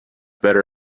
better